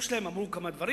הם אמרו כמה דברים.